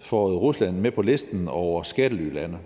føjet Rusland med på listen over skattelylande,